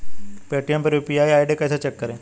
Paytm पर UPI ID कैसे check करें?